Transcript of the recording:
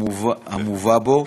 המובא בו,